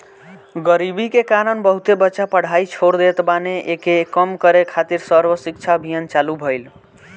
गरीबी के कारण बहुते बच्चा पढ़ाई छोड़ देत बाने, एके कम करे खातिर सर्व शिक्षा अभियान चालु भईल